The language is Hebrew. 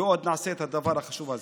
ועוד נעשה את הדבר החשוב הזה.